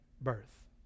birth